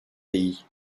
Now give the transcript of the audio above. pays